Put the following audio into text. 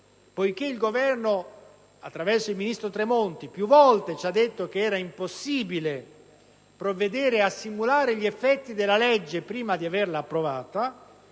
poiché il Governo, attraverso il ministro Tremonti, più volte ci ha detto che era impossibile provvedere a simulare gli effetti della legge prima di averla approvata,